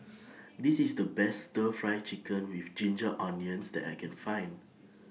This IS The Best Stir Fry Chicken with Ginger Onions that I Can Find